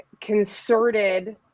concerted